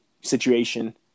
situation